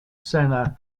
senna